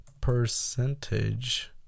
percentage